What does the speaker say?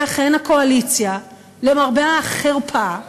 ואכן הקואליציה, למרבה החרפה,